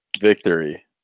victory